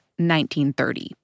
1930